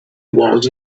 was